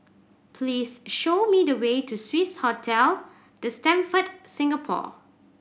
please show me the way to Swissotel The Stamford Singapore